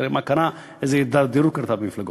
תראי מה קרה, איזו הידרדרות קרתה במפלגות.